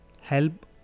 help